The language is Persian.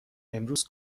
امروز